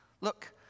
Look